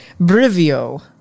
Brivio